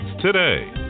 today